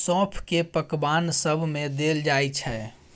सौंफ केँ पकबान सब मे देल जाइ छै